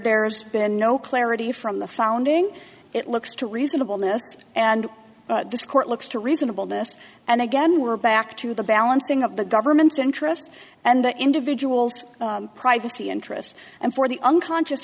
there's been no clarity from the founding it looks to reasonable n'est and this court looks to reasonable to us and again we're back to the balancing of the government's interest and the individual's privacy interests and for the unconscious